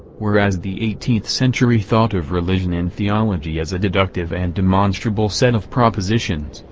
whereas the eighteenth century thought of religion and theology as a deductive and demonstrable set of propositions,